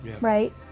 Right